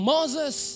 Moses